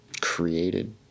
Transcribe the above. created